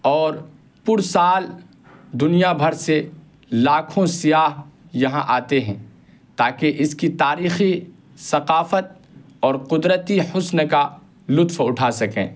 اور پُر سال دنیا بھر سے لاکھوں سیاح یہاں آتے ہیں تاکہ اس کی تاریخی ثقافت اور قدرتی حسن کا لطف اٹھا سکیں